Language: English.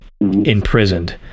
imprisoned